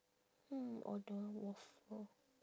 hmm order a waffle